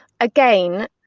again